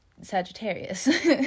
Sagittarius